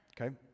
okay